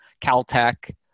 Caltech